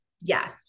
Yes